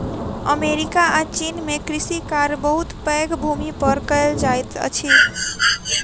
America आ चीन में कृषि कार्य बहुत पैघ भूमि पर कएल जाइत अछि